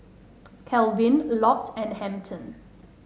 Calvin Lott and Hampton